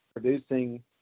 producing